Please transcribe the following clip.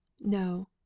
no